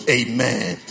amen